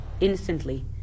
instantly